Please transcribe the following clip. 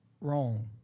Wrong